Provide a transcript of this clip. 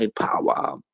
power